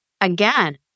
Again